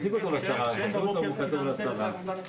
זאת הבטחה לוועדה ואנחנו נוכל לממש את הסכום הזה.